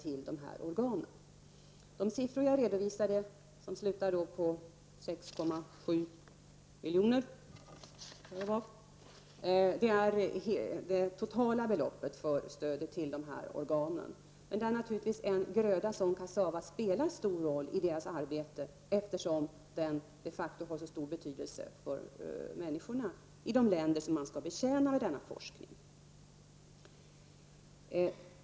De siffror som jag redovisade, 6,7 milj.kr., är det totala beloppet för stödet till de olika organen. En gröda som kassava spelar naturligtvis en stor roll i forskningsarbetet, eftersom den de facto har så stor betydelse för människorna i de länder som man skall betjäna med denna forskning.